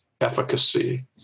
efficacy